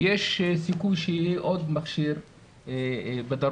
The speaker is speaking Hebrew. יש סיכוי שיהיה עוד מכשיר בדרום,